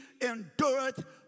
endureth